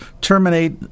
terminate